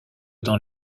dans